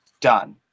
done